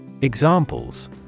Examples